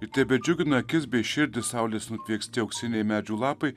ir tebedžiugina akis bei širdį saulės nutvieksti auksiniai medžių lapai